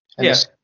Yes